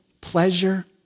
pleasure